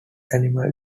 animal